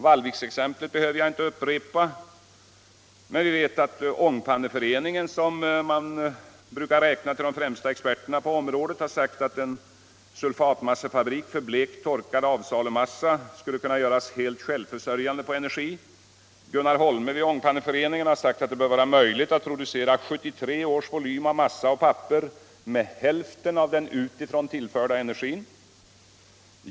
Vallviksexemplet behöver jag inte upprepa, men vi vet att Ångpanneföreningen, som man brukar räkna till de främsta experterna på området, har sagt att en sulfatmassefabrik för blekt torkad avsalumassa skulle kunna göras helt självförsörjande i fråga om energi. Gunnar Holme vid Ångpanneföreningen har sagt att det bör vara möjligt att producera 1973 års volym av massa och papper med hälften av den utifrån tillförda energin.